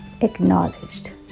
acknowledged